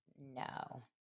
no